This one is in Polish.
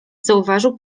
zauważył